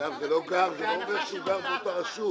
--- זה לא אומר שהוא גר באותה רשות.